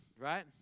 Right